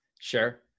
Sure